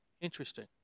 Interesting